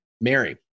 Mary